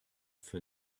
for